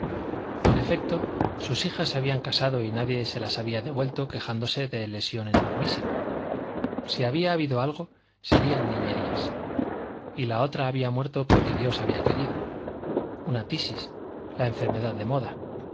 en efecto sus hijas se habían casado y nadie se las había devuelto quejándose de lesión enormísima si había habido algo serían niñerías y la otra había muerto porque dios había querido una tisis la enfermedad de moda